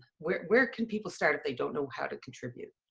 where where can people start if they don't know how to contribute?